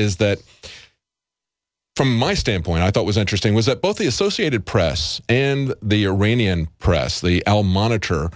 is that from my standpoint i thought was interesting was that both the associated press and the uranian press the l monitor